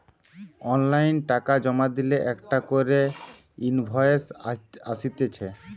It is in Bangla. অনলাইন টাকা জমা দিলে একটা করে ইনভয়েস আসতিছে